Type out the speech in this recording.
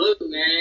Man